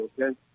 Okay